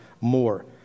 more